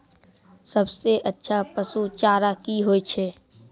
सबसे अच्छा पसु चारा की होय छै?